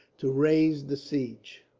to raise the siege.